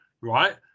right